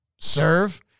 serve